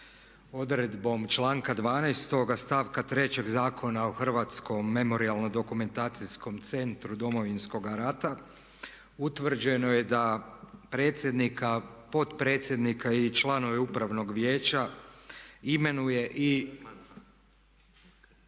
Odredbom članka 12. stavka 3. Zakona o Hrvatskom memorijalno-dokumentacijskom centru Domovinskoga rata utvrđeno je da predsjednika, potpredsjednika i članove Upravnog vijeća imenuje i